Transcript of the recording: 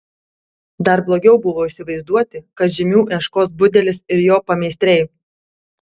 dar blogiau buvo įsivaizduoti kad žymių ieškos budelis ir jo pameistriai